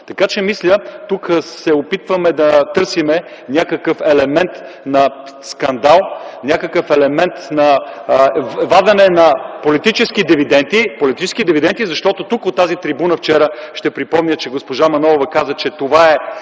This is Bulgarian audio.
Така че мисля, тук се опитваме да търсим някакъв елемент на скандал, някакъв елемент на вадене на политически дивиденти, защото тук, от тази трибуна вчера, ще припомня, че госпожа Манолова каза, че това е